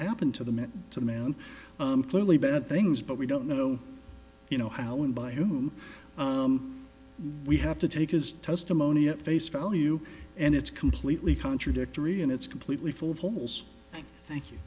happened to the man to man clearly bad things but we don't know you know how and by whom we have to take his testimony at face value and it's completely contradictory and it's completely full of holes thank you